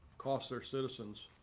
costs our citizens